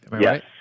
Yes